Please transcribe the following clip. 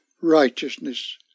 righteousness